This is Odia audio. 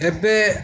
ଏବେ